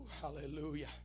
Hallelujah